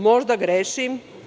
Možda grešim.